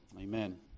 amen